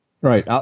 Right